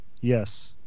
Yes